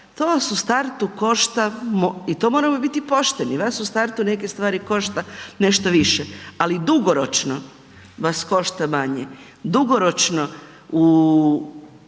To vas u startu košta i to moramo biti pošteni, vas u startu neke stvari košta nešto više ali dugoročno vas košta manje. Dugoročno u